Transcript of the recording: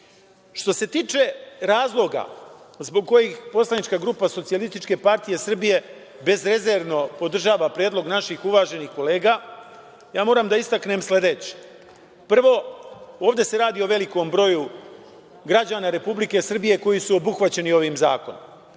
se tiče razloga zbog kojih poslanička grupa SPS bezrezervno podržava predlog naših uvaženih kolega, ja moram da istaknem sledeće. Prvo, ovde se radi o velikom broju građana Republike Srbije koji su obuhvaćeni ovim zakonom.